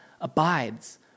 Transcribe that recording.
abides